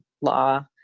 law